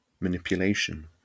manipulation